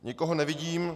Nikoho nevidím.